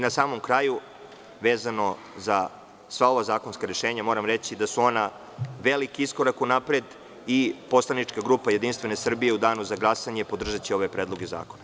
Na samom kraju, vezano za sva zakonska rešenja, moram reći da su ona veliki iskorak unapred i poslanička grupa JS će u danu za glasanje podržati ove predloge zakona.